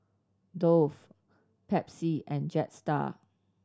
Dove Pepsi and Jetstar